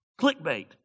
clickbait